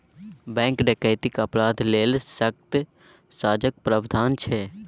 bank डकैतीक अपराध लेल सक्कत सजाक प्राबधान छै